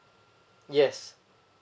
yes